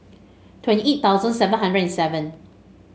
twenty eight thousand seven hundred and seven